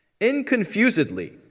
inconfusedly